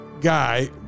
guy